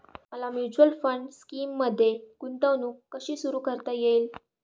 मला mutual fund स्कीममध्ये गुंतवणूक कशी सुरू करता येईल?